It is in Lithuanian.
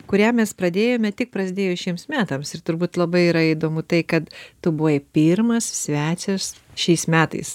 kurią mes pradėjome tik prasidėjus šiems metams ir turbūt labai yra įdomu tai kad tu buvai pirmas svečias šiais metais